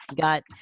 got